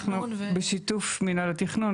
ובשיתוף מנהל התכנון,